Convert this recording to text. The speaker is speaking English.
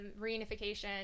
reunification